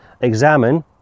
Examine